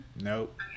Nope